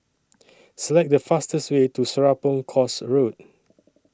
Select The fastest Way to Serapong Course Road